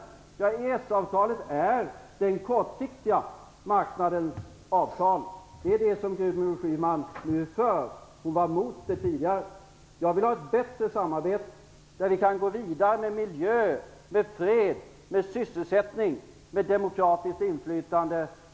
EES-avtalet är den kortsiktiga marknadens avtal. Det är det som Gudrun Schyman nu är för. Hon var emot det tidigare. Jag vill ha ett bättre samarbete, där vi kan gå vidare med miljö, fred, sysselsättning och demokratiskt inflytande.